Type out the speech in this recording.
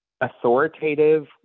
authoritative